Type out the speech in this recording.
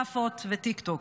לאפות וטיקטוק.